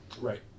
Right